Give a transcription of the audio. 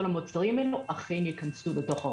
המוצרים האלה אכן ייכנסו בתוך הרפורמה.